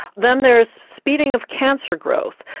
then there's speeding of cancer growth,